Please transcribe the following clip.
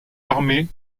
armée